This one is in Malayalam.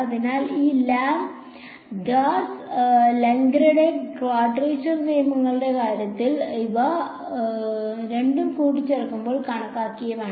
അതിനാൽ ഈ ഗാസ് ലെംഗഡ്രെ ക്വാഡ്രേച്ചർ നിയമങ്ങളുടെ കാര്യത്തിൽ ഇവ രണ്ടും മുൻകൂട്ടി കണക്കാക്കിയവയാണ്